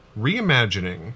reimagining